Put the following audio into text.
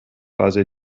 fase